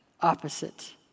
opposite